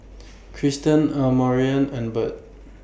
Kristyn Amarion and Bird